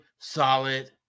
solid